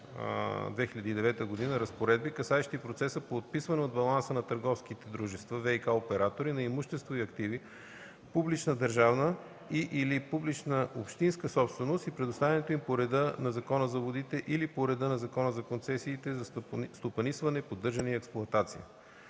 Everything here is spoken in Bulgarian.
2009 г. разпоредби, касаещи процеса по отписване от баланса на търговските дружества – ВиК оператори, на имущество и активи – публична държавна и/или публична общинска собственост и предоставянето им по реда на Закона за водите или по реда на Закона за концесиите за стопанисване, поддържане и експлоатация.